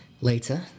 Later